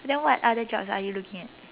then what other jobs are you looking at